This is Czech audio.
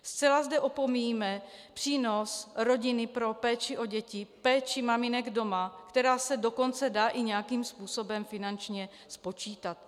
Zcela zde opomíjíme přínos rodiny pro péči o děti, péči maminek doma, která se dokonce dá i nějakým způsobem finančně spočítat.